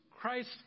Christ